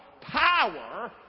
Power